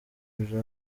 kuja